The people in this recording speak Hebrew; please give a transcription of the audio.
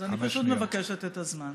אז אני פשוט מבקשת את הזמן.